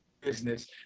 business